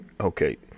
okay